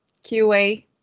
QA